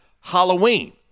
Halloween